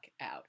out